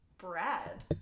Brad